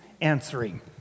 answering